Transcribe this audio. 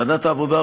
ועדת העבודה,